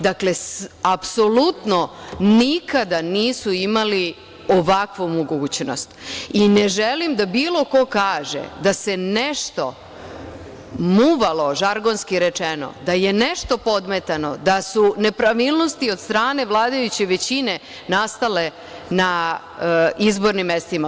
Dakle, apsolutno nikada nisu imali ovakvu mogućnost i ne želim da bilo ko kaže da se nešto muvalo, žargosnki rečeno, da je nešto podmetano, da su nepravilnosti od strane vladajuće većine nastale na izbornim mestima.